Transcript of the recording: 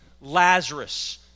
Lazarus